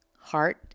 heart